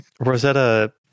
Rosetta